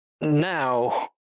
Now